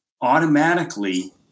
automatically